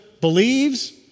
believes